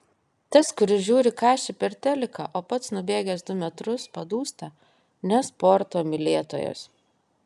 tas kuris žiūri kašį per teliką o pats nubėgęs du metrus padūsta ne sporto mylėtojas